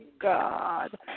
God